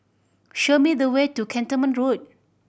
show me the way to Cantonment Road